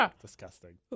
Disgusting